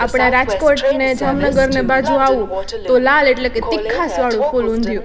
આપણે રાજકોટ ને જામનગરને બાજુ આવો તો લાલ એટલે કે તીખાસવાળું ફૂલ ઊંધિયુ